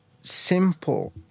simple